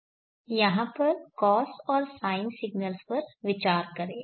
यहाँ पर कॉस और साइन सिग्नल्स पर विचार करें